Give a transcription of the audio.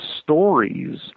stories